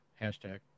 hashtag